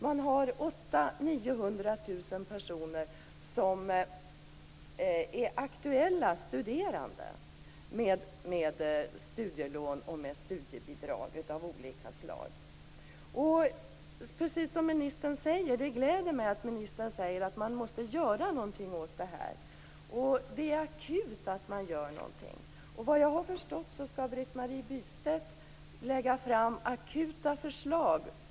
Man har 800 000-900 000 personer som i det aktuella läget studerar med studielån och studiebidrag av olika slag. Det gläder mig att ministern säger att man måste göra någonting åt det här. Det är ett akut behov av att man gör någonting. Såvitt jag har förstått skall Britt Marie Bystedt skyndsamt lägga fram förslag.